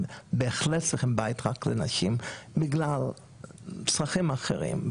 הם בהחלט צריכים בית רק לנשים בגלל צרכים אחרים,